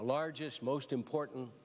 the largest most important